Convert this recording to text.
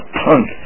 punk